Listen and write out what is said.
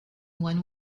one